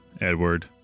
Edward